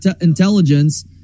intelligence